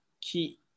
key